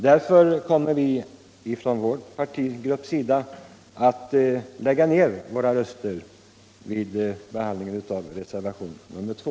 Därför kommer vi från vår partigrupps sida att lägga ner våra röster vid en votering om reservationen 2.